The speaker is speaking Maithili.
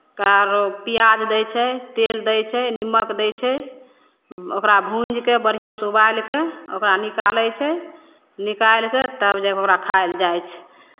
आरो पियाज दै छै तेल दै छै निमक दै छै ओकरा भूजि कऽ बढ़िआँसँ उबालि कऽ ओकरा निकालै छै निकालि कऽ तब जा कऽ ओकरा खाइ लए जाइ छै